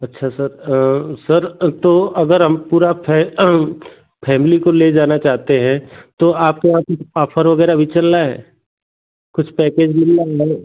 अच्छा sir sir तो अगर हम पूरी फैमिली को ले जाना चाहते हैं तो आपके यहाँ कुछ आफर वग़ैरह अभी चल रहा है कुछ पैकेज मिल जाएंगे